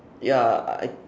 ya I